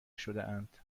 شدهاند